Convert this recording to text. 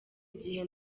igihe